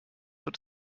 wird